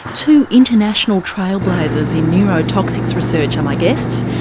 two international trailblazers in neurotoxics research are my guests.